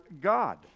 God